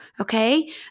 okay